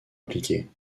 impliqués